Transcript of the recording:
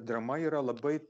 drama yra labai